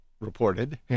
reported